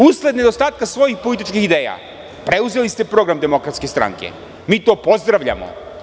Usled nedostatka svojih političkih ideja preuzeli ste program DS i mi to pozdravljamo.